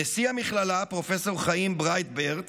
נשיא המכללה פרופ' חיים ברייטברט